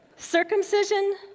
Circumcision